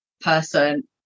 person